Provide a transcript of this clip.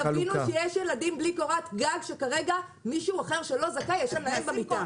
תבינו שיש ילדים בלי קורת גג שכרגע מישהו אחר שלא זכאי ישן להם מיטה.